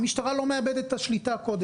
המשטרה לא מאבדת את השליטה קודם.